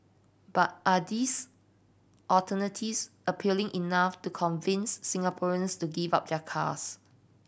but are these alternatives appealing enough to convince Singaporeans to give up their cars